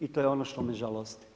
I to je ono što me žalosti.